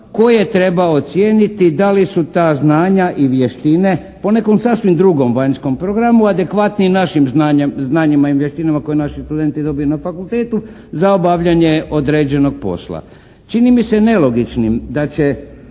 koje treba ocijeniti da li su ta znanja i vještine po nekom sasvim drugom vanjskom programu adekvatniji našim znanjima i vještinama koje naši studenti dobiju na fakultetu za obavljanje određenog posla. Čini mi se nelogičnim da će